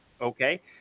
Okay